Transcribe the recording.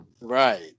Right